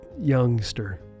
youngster